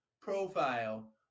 profile